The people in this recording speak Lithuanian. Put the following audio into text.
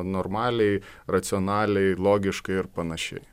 normaliai racionaliai logiškai ir panašiai